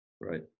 Right